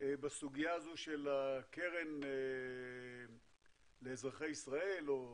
בסוגיה הזו של הקרן לאזרחי ישראל, או